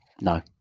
no